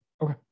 okay